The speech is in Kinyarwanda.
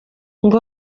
ngo